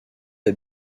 est